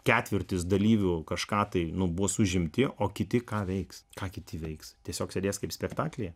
ketvirtis dalyvių kažką tai bus užimti o kiti ką veiks ką kiti veiks tiesiog sėdės kaip spektaklyje